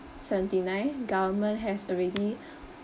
seventy nine government has already